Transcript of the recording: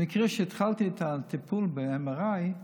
כשהתחלתי את הטיפול ב-MRI,